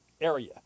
area